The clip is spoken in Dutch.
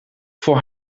voor